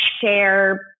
share